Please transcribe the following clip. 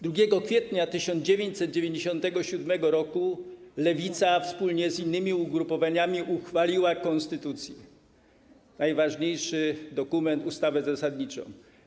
2 kwietnia 1997 r. Lewica wspólnie z innymi ugrupowaniami uchwaliła konstytucję, najważniejszy dokument, ustawę zasadniczą.